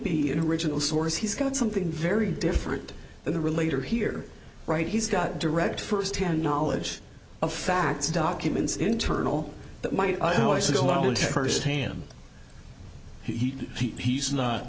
be in original source he's got something very different in the relator here right he's got direct first hand knowledge of facts documents internal that might first hand he he's not